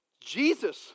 Jesus